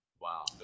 Wow